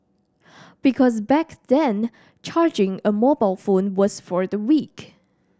because back then charging a mobile phone was for the weak